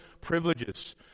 privileges